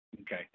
okay